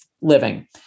living